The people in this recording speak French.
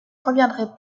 reviendrait